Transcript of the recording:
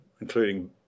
including